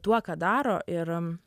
tuo ką daro ir